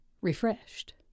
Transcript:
refreshed